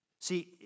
See